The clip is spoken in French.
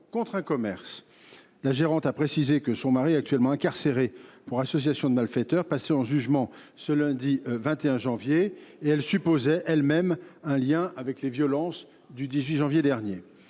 contre un commerce. La gérante a indiqué que son mari, actuellement incarcéré pour association de malfaiteurs, devait passer en jugement le 21 janvier. Elle supposait elle même l’existence d’un lien avec les violences du 18 janvier dernier.